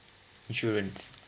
insurance